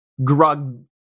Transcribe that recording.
Grug